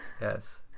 yes